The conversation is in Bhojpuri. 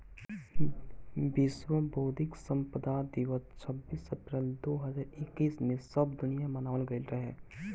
विश्व बौद्धिक संपदा दिवस छब्बीस अप्रैल दो हज़ार इक्कीस में सब दुनिया में मनावल गईल रहे